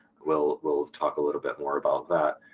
well well talk a little bit more about that,